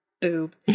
boob